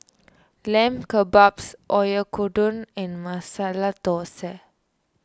Lamb Kebabs Oyakodon and Masala Dosa